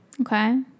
Okay